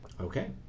Okay